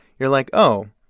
you're like, oh,